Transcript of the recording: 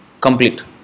complete